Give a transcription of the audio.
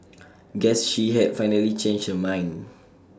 guess she had finally changed her mind